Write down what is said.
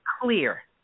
clear